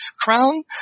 crown